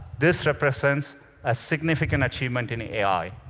this represents a significant achievement in ai.